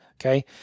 okay